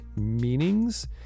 meanings